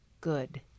good